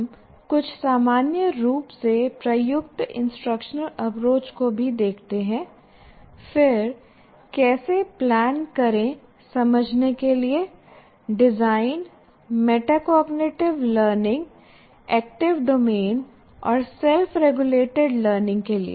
हम कुछ सामान्य रूप से प्रयुक्त इंस्ट्रक्शनल अप्रोच को भी देखते हैं फिर कैसे प्लान करें समझने के लिए design metacognitive learning affective domain और सेल्फ रेगुलेटेड लर्निंग के लिए